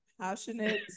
passionate